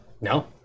No